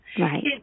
Right